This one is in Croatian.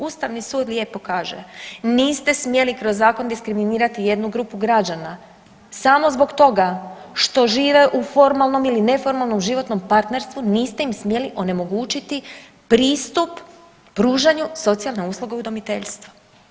Ustavni sud lijepo kaže niste smjeli kroz zakon diskriminirati jednu grupu građana samo zbog toga što žive u formalnom ili neformalnom životnom partnerstvu niste im smjeli onemogućiti pristup pružanju socijalne usluge u udomiteljstvu.